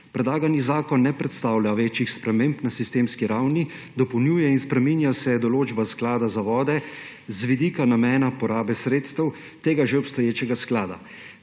Predlagani zakon ne predstavlja večjih sprememb na sistemski ravni. Dopolnjuje in spreminja se določba Sklada za vode z vidika namena porabe sredstev tega že obstoječega sklada.